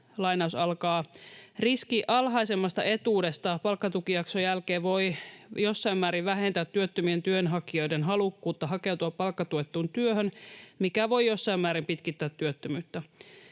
itsensä mukaan: ”Riski alhaisemmasta etuudesta palkkatukijakson jälkeen voi jossain määrin vähentää työttömien työnhakijoiden halukkuutta hakeutua palkkatuettuun työhön, mikä voi jossain määrin pitkittää työttömyyttä”.